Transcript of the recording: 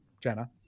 Jenna